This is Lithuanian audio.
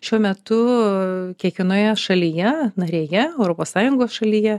šiuo metu kiekvienoje šalyje narėje europos sąjungos šalyje